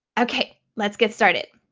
okay. let's get started.